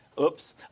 Oops